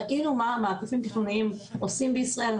ראינו מה מעקפים תכנוניים עושים בישראל.